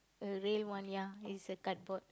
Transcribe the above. a real one ya it's a cardboard